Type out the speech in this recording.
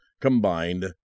combined